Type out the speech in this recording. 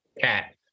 cat